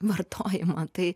vartojimą tai